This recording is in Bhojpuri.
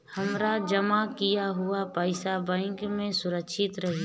हमार जमा किया हुआ पईसा बैंक में सुरक्षित रहीं?